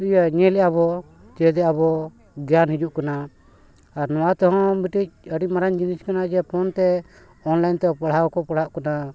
ᱧᱮᱞᱮᱜᱼᱟ ᱟᱵᱚ ᱪᱮᱫ ᱟᱵᱚ ᱜᱮᱭᱟᱱ ᱦᱤᱡᱩᱜ ᱠᱟᱱᱟ ᱟᱨ ᱱᱚᱣᱟ ᱛᱮᱦᱚᱸ ᱢᱤᱫᱴᱤᱡ ᱟᱹᱰᱤ ᱢᱟᱨᱟᱝ ᱡᱤᱱᱤᱥ ᱠᱟᱱᱟ ᱡᱮ ᱯᱷᱳᱱ ᱛᱮ ᱚᱱᱞᱟᱭᱤᱱ ᱛᱮ ᱯᱟᱲᱦᱟᱣ ᱠᱚ ᱯᱟᱲᱦᱟᱜ ᱠᱟᱱᱟ